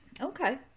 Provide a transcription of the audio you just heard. Okay